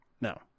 No